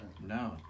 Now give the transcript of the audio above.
No